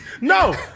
No